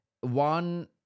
one